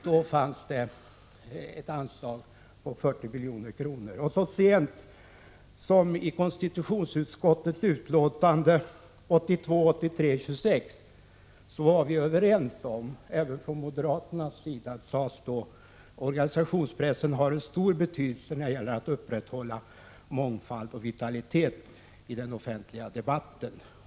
Då fanns det ett anslag på 40 milj.kr. Så sent som i konstitutionsutskottets betänkande 1982/83:26 var vi överens om — det gäller även moderaterna — att organisationspressen har stor betydelse när det gäller att upprätthålla mångfald och vitalitet i den offentliga debatten.